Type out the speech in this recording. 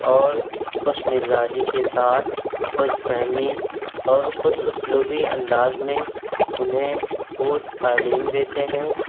اور خوش مزاجی کے ساتھ خوش فہمی اور خوش اسلوبی انداز میں انہیں وہ تعلیم دیتے ہیں